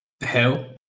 hell